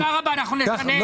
תודה רבה, אנחנו נשנה.